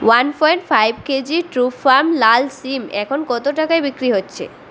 one point five KG Trufarm লাল শিম এখন কত টাকায় বিক্রি হচ্ছে